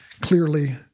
clearly